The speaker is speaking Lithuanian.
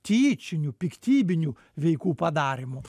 tyčiniu piktybiniu veikų padarymu